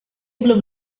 belum